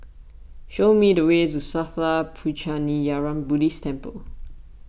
show me the way to Sattha Puchaniyaram Buddhist Temple